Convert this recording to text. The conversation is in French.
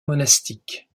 monastique